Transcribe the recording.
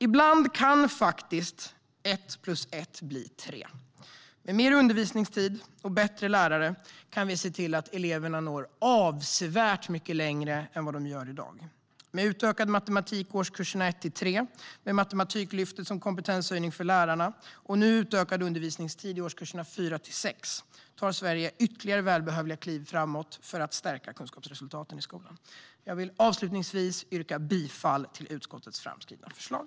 Ibland kan ett plus ett bli tre. Med mer undervisningstid och bättre lärare kan eleverna nå avsevärt mycket längre än de gör i dag. Med utökad undervisningstid i matematik i årskurs 1-3, med Matematiklyftet som kompetenshöjning för lärarna och nu med utökad undervisningstid i årskurs 4-6 tar Sverige ytterligare välbehövliga kliv framåt för att stärka kunskapsresultaten i skolan. Jag yrkar bifall till utskottets förslag.